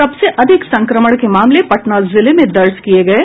सबसे अधिक संक्रमण के मामले पटना जिले में दर्ज किये गये